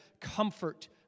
comfort